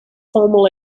formal